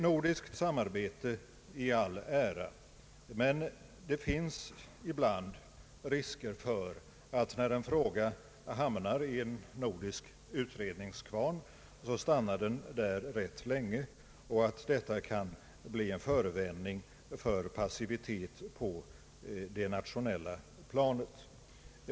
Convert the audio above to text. Nordiskt samarbete i all ära, men det finns ibland risker för att när en fråga hamnar i en nordisk utredningskvarn så stannar den där rätt länge och att detta kan bli en förevändning för passivitet på det nationella planet.